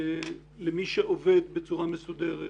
למי שעובד בצורה מסודרת